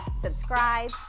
subscribe